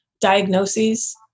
diagnoses